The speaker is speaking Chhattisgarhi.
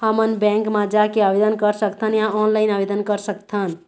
हमन बैंक मा जाके आवेदन कर सकथन या ऑनलाइन आवेदन कर सकथन?